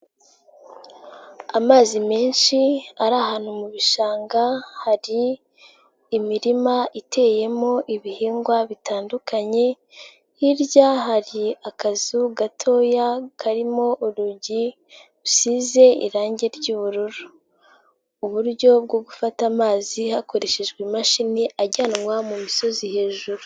Amazi menshi ari ahantu mu bishanga hari imirima iteyemo ibihingwa bitandukanye, hirya hari akazu gatoya karimo urugi rusize irange ry'ubururu, uburyo bwo gufata amazi hakoreshejwe imashini ajyanwa mu misozi hejuru.